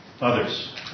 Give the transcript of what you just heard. Others